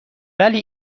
ولی